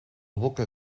boca